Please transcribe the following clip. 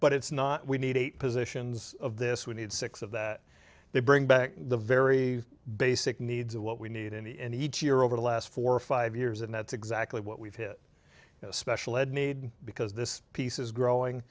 but it's not we need eight positions of this we need six of that they bring back the very basic needs of what we need in the end each year over the last four or five years and that's exactly what we've hit a special ed need because this piece is growing